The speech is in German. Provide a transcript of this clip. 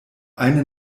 eine